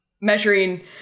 measuring